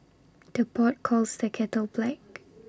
the pot calls the kettle black